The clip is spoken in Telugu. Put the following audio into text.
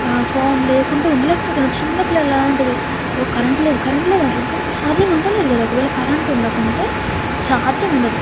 ఫోన్ లేకుంటే ఉండలేక పోతున్నారు చిన్న పిల్లలు అలాంటిది ఓ కరెంటు లేదు కరెంటు లేదు అంటారు ఎందుకంటే ఛార్జింగ్ ఉంటలేదు కదా ఒకవేళ కరెంట్ ఉండకుంటే ఛార్జింగ్ ఉండదు